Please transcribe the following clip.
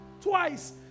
Twice